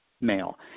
male